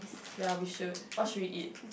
ya we should what should we eat